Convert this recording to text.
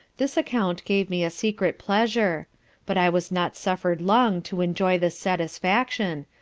this account gave me a secret pleasure but i was not suffer'd long to enjoy this satisfaction,